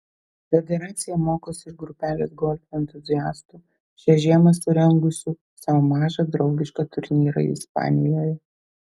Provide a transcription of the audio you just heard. federacija mokosi iš grupelės golfo entuziastų šią žiemą surengusių sau mažą draugišką turnyrą ispanijoje